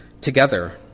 together